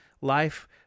life